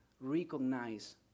recognize